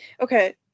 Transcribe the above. Okay